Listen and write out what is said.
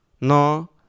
no